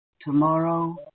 tomorrow